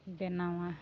ᱵᱮᱱᱟᱣᱟ